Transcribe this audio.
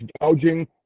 gouging